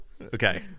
Okay